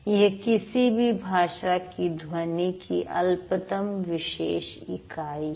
यह किसी भी भाषा की ध्वनि की अल्पतम विशेष इकाई है